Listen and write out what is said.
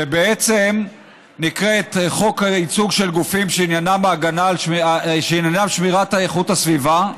שבעצם נקראת: חוק ייצוג של גופים שעניינם שמירת איכות הסביבה.